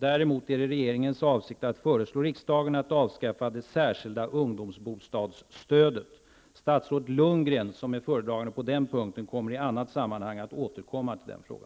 Däremot är det regeringens avsikt att föreslå riksdagen att avskaffa det särskilda ungdomsbostadsstödet. Statsrådet Lundgren, som är föredragande på den här punkten, avser att i annat sammanhang återkomma till denna fråga.